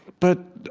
but